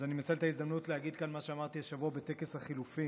אז אני מנצל את ההזדמנות להגיד כאן מה שאמרתי השבוע בטקס החילופים,